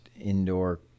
indoor